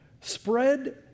spread